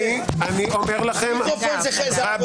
הם מוקלטים ומשודרים, זה רק כדי שכשכולם צועקים